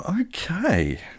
Okay